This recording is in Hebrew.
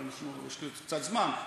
יש לי עוד קצת זמן,